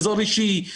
אזור אישי,